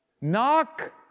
Knock